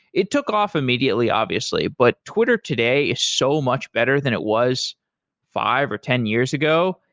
it took off immediately obviously, but twitter today is so much better than it was five or ten years ago.